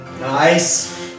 nice